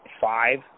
five